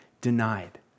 denied